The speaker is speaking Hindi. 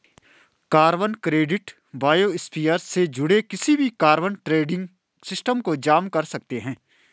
कार्बन क्रेडिट बायोस्फीयर से जुड़े किसी भी कार्बन ट्रेडिंग सिस्टम को जाम कर सकते हैं